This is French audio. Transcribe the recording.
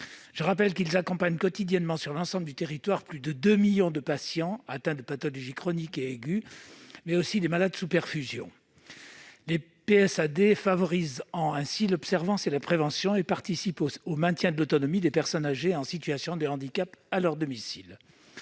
ces professionnels accompagnent quotidiennement, sur l'ensemble du territoire, plus de 2 millions de patients atteints de pathologies chroniques et aiguës, mais aussi des malades sous perfusion. Ce faisant, les PSAD favorisent l'observance et la prévention et participent au maintien de l'autonomie des personnes âgées et en situation de handicap à leur domicile.